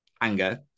anger